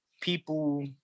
people